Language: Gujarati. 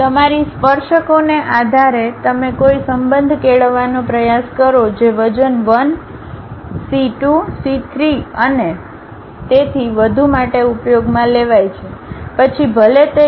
તમારી સ્પર્શકોને આધારે તમે કોઈ સંબંધ કેળવવાનો પ્રયાસ કરો જે વજન 1 સી 2 સી 3 અને તેથી વધુ માટે ઉપયોગમાં લેવાય છે પછી ભલે તે યુ 1 નો 0